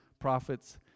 prophets